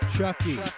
Chucky